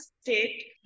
state